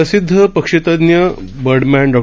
प्रसिद्ध पक्षी तज्ज्ञ बर्डमॅन डॉ